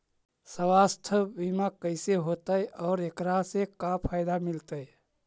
सवासथ बिमा कैसे होतै, और एकरा से का फायदा मिलतै?